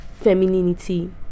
femininity